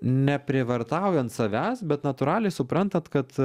neprievartaujant savęs bet natūraliai suprantant kad